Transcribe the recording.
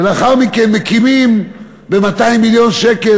ולאחר מכן מקימים ב-200 מיליון שקל,